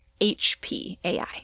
HPAI